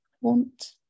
want